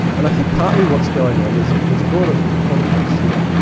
and i think partly what's going on, there's there's a broader sort of context here,